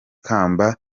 kamba